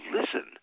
listen